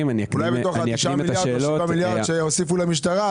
אולי מתוך מה שהוסיפו למשטרה,